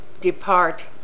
depart